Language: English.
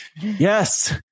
Yes